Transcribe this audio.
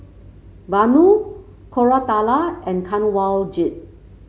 Vanu Koratala and Kanwaljit